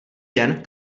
den